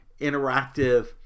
interactive